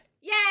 Yay